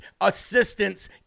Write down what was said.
assistance